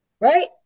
right